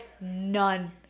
none